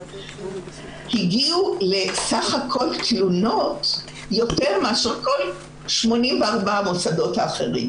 הגיעו יותר תלונות מאשר כל 84 המוסדות האחרים.